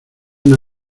una